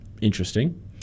Interesting